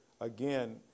again